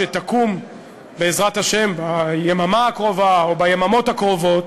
שתקום בעזרת השם ביממה הקרובה או ביממות הקרובות,